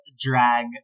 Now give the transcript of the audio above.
drag